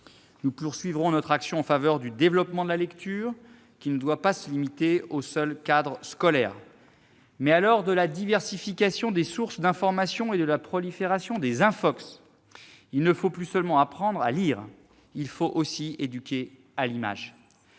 Nous poursuivrons notre action en faveur du développement de la lecture, laquelle ne doit pas être cantonnée au seul cadre scolaire. À l'heure de la diversification des sources d'information et de la prolifération des « infox », il ne faut plus seulement apprendre à lire, il nous faut aussi éduquer à l'image.